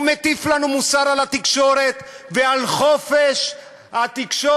הוא מטיף לנו מוסר על התקשורת ועל חופש התקשורת.